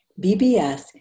BBS